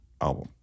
album